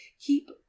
keep